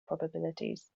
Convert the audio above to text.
probabilities